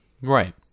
Right